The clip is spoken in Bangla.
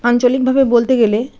আঞ্চলিকভাবে বলতে গেলে